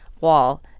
wall